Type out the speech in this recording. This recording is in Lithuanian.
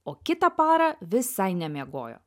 o kitą parą visai nemiegojo